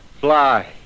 fly